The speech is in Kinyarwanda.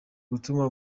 gutuma